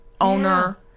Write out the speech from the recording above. owner